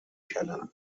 کلمه